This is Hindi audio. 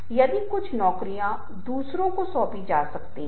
परिचय शरीर और निष्कर्ष क्या आप करने की योजना बना रहे हैं